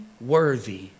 worthy